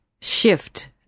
shift